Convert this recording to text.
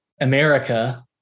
America